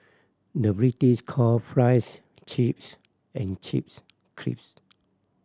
the British call fries chips and chips crisps